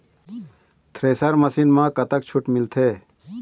Thresher machine म कतक छूट मिलथे?